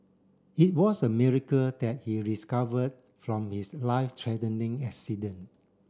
it was a miracle that he from his life threatening accident